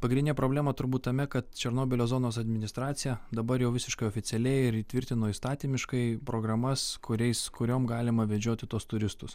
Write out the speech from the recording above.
pagrindinė problema turbūt tame kad černobylio zonos administracija dabar jau visiškai oficialiai ir įtvirtino įstatymiškai programas kuriais kuriom galima vedžioti tuos turistus